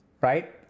right